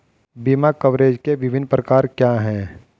बीमा कवरेज के विभिन्न प्रकार क्या हैं?